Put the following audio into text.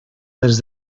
des